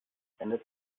ändert